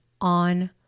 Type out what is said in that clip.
on